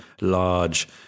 large